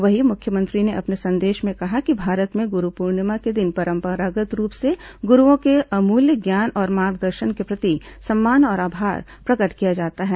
वहीं मुख्यमंत्री ने अपने संदेश में कहा है कि भारत में गुरू पूर्णिमा के दिन परम्परागत रूप से गुरूओं के अमूल्य ज्ञान और मार्गदर्शन के प्रति सम्मान और आभार प्रकट किया जाता है